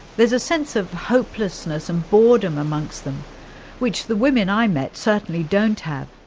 there's a sense of hopelessness and boredom amongst them which the women i met certainly don't have.